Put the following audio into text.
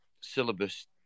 syllabus